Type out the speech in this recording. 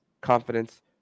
confidence